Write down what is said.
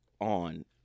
on